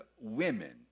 women